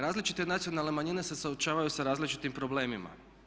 Različite nacionalne manjine se suočavaju sa različitim problemima.